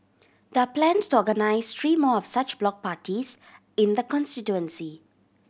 there are plans to organise three more of such block parties in the constituency